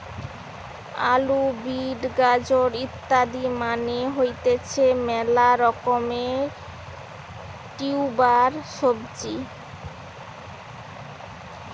আলু, বিট, গাজর ইত্যাদি মানে হতিছে মেলা রকমের টিউবার সবজি